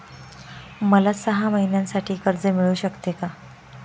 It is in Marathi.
मला सहा महिन्यांसाठी कर्ज मिळू शकते का?